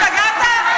השתגעת?